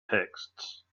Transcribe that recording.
texts